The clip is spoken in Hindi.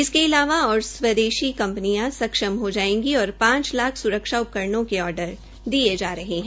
इसके अलावा और स्वदेशी कंपनियां सक्षम हो जायेगी और पांच लाख स्रक्षा उपकरणों के आर्डर दिये जा रहे है